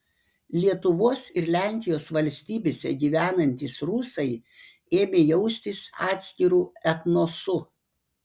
lietuvos ir lenkijos valstybėse gyvenantys rusai ėmė jaustis atskiru etnosu